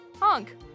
Honk